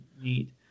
need